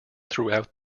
throughout